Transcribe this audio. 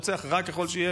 רוצח רע ככל שיהיה,